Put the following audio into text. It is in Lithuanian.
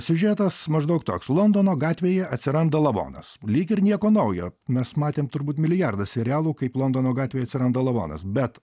siužetas maždaug toks londono gatvėje atsiranda lavonas lyg ir nieko naujo mes matėm turbūt milijardą serialų kaip londono gatvėj atsiranda lavonas bet